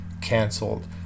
canceled